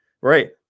right